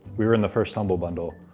we were in the first humble bundle,